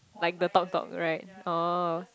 like the talk talk right orh